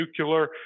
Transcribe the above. nuclear